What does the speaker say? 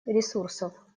ресурсов